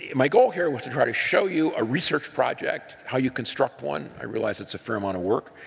my goal here was to try to show you a research project, how you construct one i realize it's a fair amount of work.